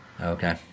Okay